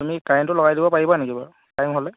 তুমি কাৰেণ্টটো লগাই দিব পাৰিবা নেকি বাৰু টাইম হ'লে